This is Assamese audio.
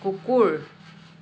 কুকুৰ